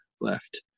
left